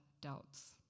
doubts